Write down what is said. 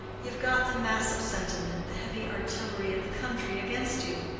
you've got the massive sentiment the heavy artillery of the country against you.